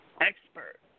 expert